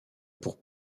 pour